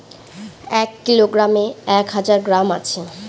এক কিলোগ্রামে এক হাজার গ্রাম আছে